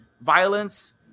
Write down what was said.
violence